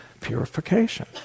purification